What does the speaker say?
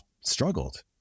struggled